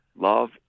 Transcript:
Love